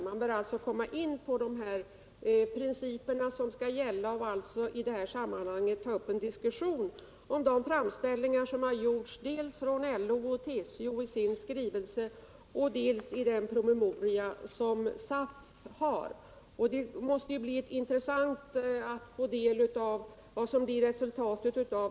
Man bör alltså komma in på de principer som skall gälla och i detta sammanhang ta upp en diskussion om det som framförts dels från LO och TCO i deras skrivelse, dels i den promemoria som SAF utarbetat. Det blir intressant att få del av resultatet av detta.